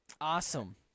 Awesome